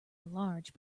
large